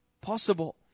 possible